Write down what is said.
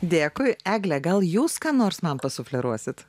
dėkui egle gal jūs ką nors man pasufleruosit